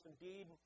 indeed